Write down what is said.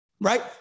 right